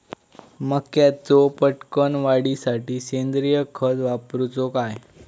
मक्याचो पटकन वाढीसाठी सेंद्रिय खत वापरूचो काय?